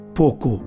pouco